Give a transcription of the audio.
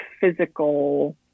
physical